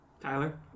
Tyler